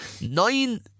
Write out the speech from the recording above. nine